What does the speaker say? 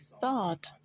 thought